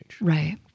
Right